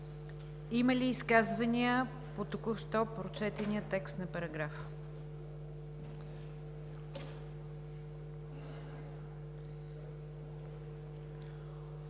Има ли изказвания по току-що прочетения текст на параграфа?